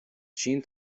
چین